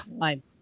time